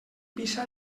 pixa